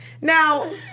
Now